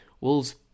Wolves